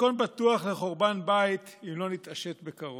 מתכון בטוח לחורבן בית, אם לא נתעשת בקרוב.